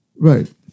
Right